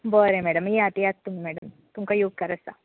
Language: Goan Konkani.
बरें मॅडम येयात येयात तुमी मॅडम तुमकां येवकार आसा